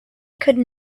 could